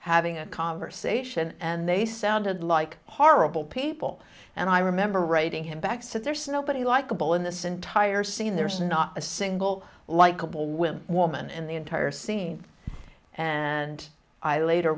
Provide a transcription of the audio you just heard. having a conversation and they sounded like horrible people and i remember writing him back said there's nobody likable in this entire scene there's not a single likable women woman in the entire scene and i later